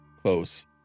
close